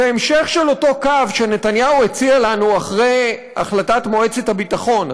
זה המשך של אותו קו שנתניהו הציע לנו אחרי החלטת מועצת הביטחון.